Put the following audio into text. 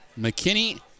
McKinney